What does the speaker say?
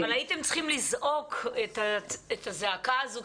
אבל הייתם צריכים לזעוק את הזעקה הזו,